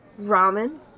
ramen